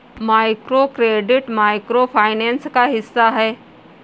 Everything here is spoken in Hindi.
माइक्रोक्रेडिट माइक्रो फाइनेंस का हिस्सा है